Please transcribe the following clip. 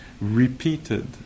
repeated